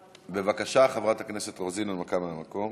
בבקשה, חברת הכנסת רוזין, הנמקה מהמקום.